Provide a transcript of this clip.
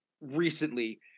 recently